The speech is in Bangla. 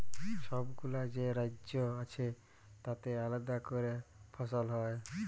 ছবগুলা যে রাজ্য আছে তাতে আলেদা ক্যরে ফসল হ্যয়